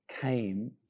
came